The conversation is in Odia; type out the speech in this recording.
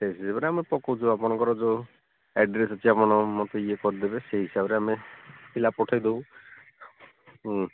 ସେ ଆମେ ପକାଉଛୁ ଆପଣଙ୍କର ଯେଉଁ ଆଡ୍ରେସ୍ ଅଛି ଆପଣ ମୋତେ ଇଏ କରିଦେବେ ସେଇ ହିସାବରେ ଆମେ ପିଲା ପଠେଇ ଦେବୁ ହୁଁ